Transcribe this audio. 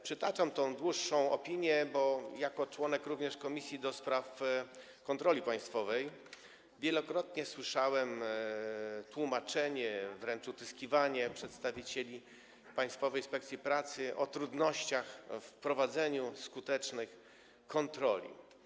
Przytaczam tę dłuższą opinię, bo jako członek również Komisji do Spraw Kontroli Państwowej wielokrotnie słyszałem tłumaczenia, wręcz utyskiwanie przedstawicieli Państwowej Inspekcji Pracy na trudności w prowadzeniu skutecznych kontroli.